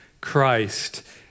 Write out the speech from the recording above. Christ